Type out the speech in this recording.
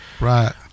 Right